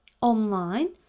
online